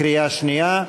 בקריאה שנייה.